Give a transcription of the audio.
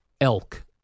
elk